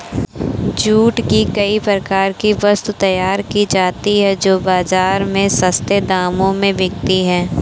jute से कई प्रकार की वस्तुएं तैयार की जाती हैं जो बाजार में सस्ते दामों में बिकती है